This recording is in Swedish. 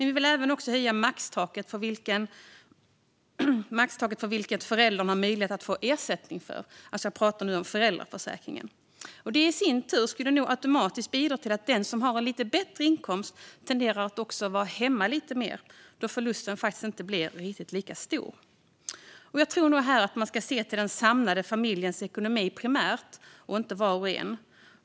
Vi vill även höja maxtaket, det vill säga vad föräldern har möjlighet att få ersättning för. Jag pratar nu om föräldraförsäkringen. Detta skulle nog i sin tur automatiskt bidra till att den som har en lite bättre inkomst tenderar att vara hemma lite mer, då förlusten inte blir riktigt lika stor. Jag tror att man här primärt ska se till familjens samlade ekonomi och inte till var och en.